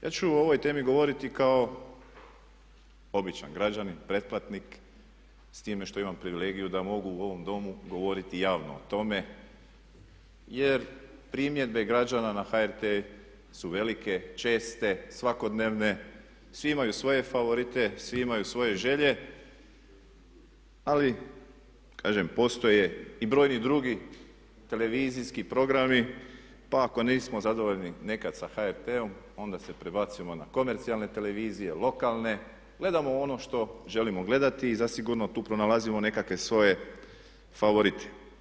Ja ću o ovoj temi govoriti kao običan građanin, pretplatnik s time što imam privilegiju da mogu u ovom Domu govoriti javno o tome jer primjedbe građana na HRT su velike, česte, svakodnevne, svi imaju svoje favorite, svi imaju svoj želje ali kažem postoje i brojni drugi televizijski programi pa ako nismo zadovoljni nekada sa HRT-om, onda se prebacimo na komercijalne televizije, lokalne, gledamo ono što želimo gledati i zasigurno tu pronalazimo nekakve svoje favorite.